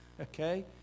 okay